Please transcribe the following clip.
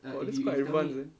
!wah! that's quite advanced eh